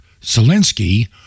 Zelensky